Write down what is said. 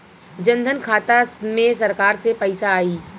जनधन खाता मे सरकार से पैसा आई?